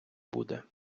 буде